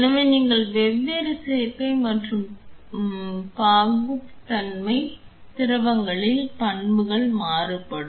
எனவே நீங்கள் வெவ்வேறு சேர்க்கை மற்றும் பாகுத்தன்மை திரவங்களின் பண்புகள் மாறுபடும்